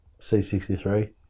C63